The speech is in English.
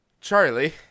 Charlie